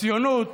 הציונות,